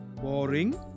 Boring